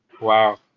Wow